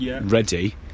ready